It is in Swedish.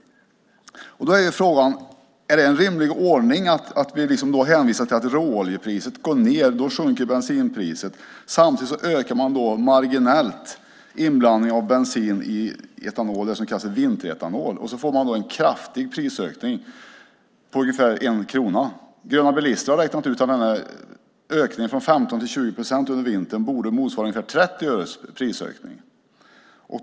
Då är frågan: Är det en rimlig ordning att hänvisa till att när råoljepriset går ned sjunker bensinpriset? Samtidigt ökar man marginellt inblandningen av bensin i etanol, det som kallas för vinteretanol, och får då en kraftig prisökning med ungefär 1 krona. Gröna bilister har räknat ut att denna ökning från 15 till 20 procent under vintern borde motsvara en prisökning med ungefär 30 öre.